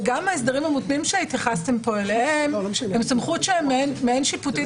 וגם ההסדרים המותנים שהתייחסתם פה אליהם הם סמכות מעין שיפוטית,